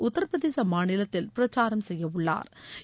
உத்திரபிரதேச மாநிலத்தில் பிரச்சாரம் செய்ய உள்ளா்